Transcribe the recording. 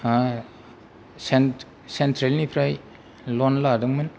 central निफ्राय लन लादोंमोन